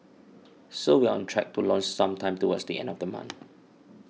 so we're on track to launch sometime towards the end of the month